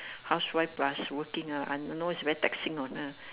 housewife plus working ah I know it's very taxing on her